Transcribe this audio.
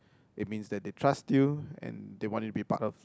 it means that they trust you and they want to be a part of